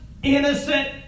Innocent